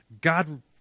God